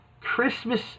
Christmas